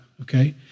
Okay